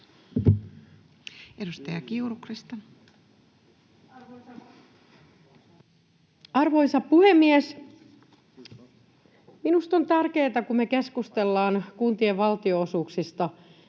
Time: 00:23 Content: Arvoisa puhemies! Minusta on tärkeätä, että kun me keskustelemme kuntien valtionosuuksista,